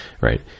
right